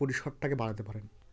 পরিসরটাকে বাড়াতে পারেন